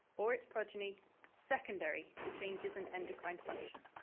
or its progeny secondary to changes in endocrine function.